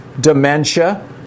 dementia